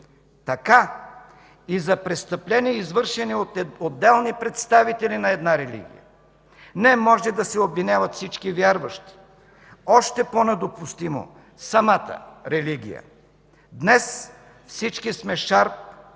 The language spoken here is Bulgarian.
Така и за престъпления, извършени от отделни представители на една религия, не може да се обвиняват всички вярващи, още по-недопустимо – самата религия. Днес всички сме Шарб,